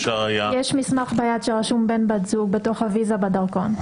אפשר היה --- יש מסמך ביד שרשום "בו/בת זוג" בתוך הוויזה בדרכון.